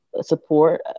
Support